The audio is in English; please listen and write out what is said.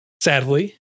sadly